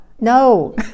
No